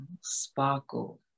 Sparkle